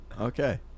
Okay